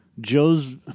Joe's